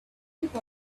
heap